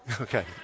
Okay